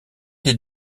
des